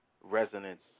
resonance